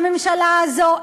הממשלה הזו,